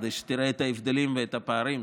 כדי שתראה את ההבדלים ואת הפערים.